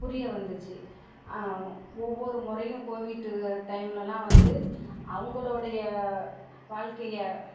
புரிய வந்துச்சு ஒவ்வொரு முறையும் கோவிட்டு டைமில்லாம் வந்து அவங்களோடைய வாழ்க்கைய